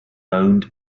owned